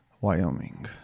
Wyoming